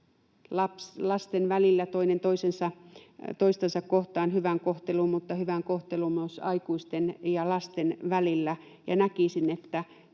lasten välillä toinen toistansa kohtaan mutta myös hyvään kohteluun aikuisten ja lasten välillä. Näkisin, että